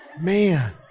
Man